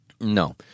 No